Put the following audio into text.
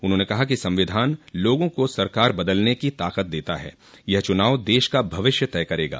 उन्होंने कहा कि संविधान लोगों को सरकार बदलने की ताकत देता है यह चुनाव देश का भविष्य तय करेगा